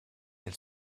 elle